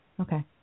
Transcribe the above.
Okay